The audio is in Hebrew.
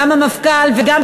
גם המפכ"ל וגם,